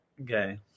Okay